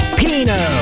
pino